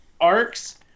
arcs